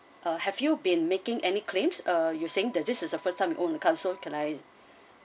uh have you been making any claims uh you're saying that this is a first time you own a car so can I